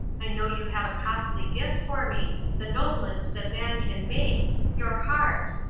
i know you have a costly gift for me the noblest that man can make your heart!